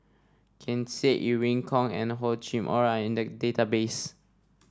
Ken Seet Irene Khong and Hor Chim Or are in the database